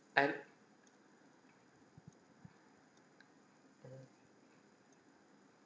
and